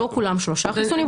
לא כולם שלושה חיסונים.